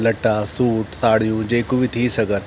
लटा सूट साड़ियूं जेका बि थी सघनि